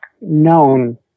known